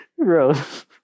Gross